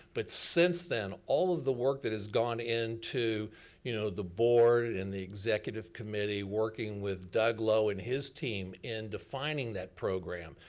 but since then, all of the work that has gone into you know the board and the executive committee, working with doug lowe and his team, in defining that program.